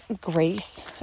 grace